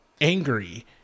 angry